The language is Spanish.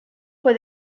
fue